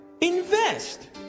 Invest